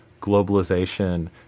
globalization